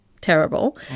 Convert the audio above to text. terrible